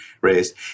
raised